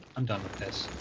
i'm done with this